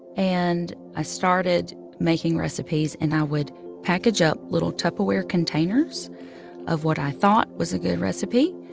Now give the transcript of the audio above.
and i started making recipes. and i would package up little tupperware containers of what i thought was a good recipe.